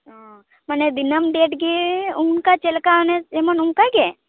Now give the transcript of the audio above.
ᱢᱟᱱᱮ ᱰᱤᱱᱟᱹᱢ ᱰᱮᱴ ᱜᱮ ᱚᱱᱠᱟ ᱪᱮᱫᱞᱮᱠᱟ ᱚᱱᱮ ᱡᱮᱢᱚᱱ ᱚᱱᱠᱟᱜᱮ